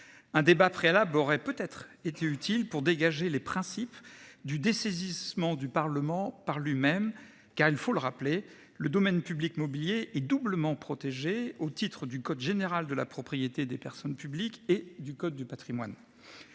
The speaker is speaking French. Un débat préalable aurait peut-être été utile pour dégager les principes du dessaisissement du Parlement par lui même. Car il faut le rappeler, le domaine public mobilier et doublement protégés au titre du code général de la propriété des personnes publiques et du code du patrimoine.